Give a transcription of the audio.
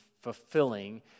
fulfilling